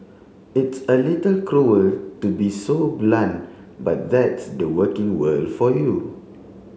it's a little cruel to be so blunt but that's the working world for you